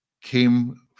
came